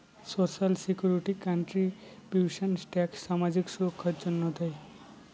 social security contributions tax সামাজিক সুররক্ষার জন্য দেয়